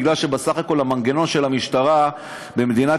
מפני שבסך הכול המנגנון של המשטרה במדינת